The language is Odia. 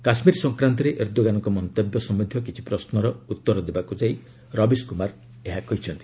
କାଶ୍କୀର ସକ୍ରାନ୍ତରେ ଏର୍ଦ୍ଦୋଗାନ୍ଙ୍କ ମନ୍ତବ୍ୟ ସମ୍ଭନ୍ଧୀୟ କିଛି ପ୍ରଶ୍ନର ଉତ୍ତର ଦେବାକୁ ଯାଇ ରବୀଶ କୁମାର ଏହା କହିଛନ୍ତି